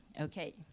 Okay